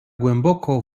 głęboko